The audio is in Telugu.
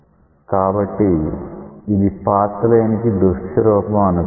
కాబట్టి ఇది పాత్ లైన్ కి దృశ్య రూపం అనుకోవచ్చు